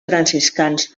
franciscans